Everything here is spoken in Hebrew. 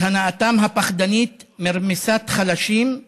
את הנאתם הפחדנית מרמיסת חלשים,